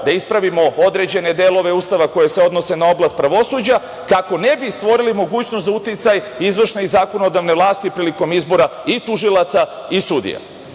da ispravimo određene delove Ustava koji se odnose na oblast pravosuđa kako ne bi stvorili mogućnost za uticaj izvršne i zakonodavne vlasti prilikom izbora i tužilaca i sudija.